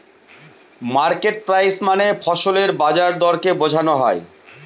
market price মানে ফসলের বাজার দরকে বোঝনো হয়